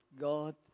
God